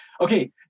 okay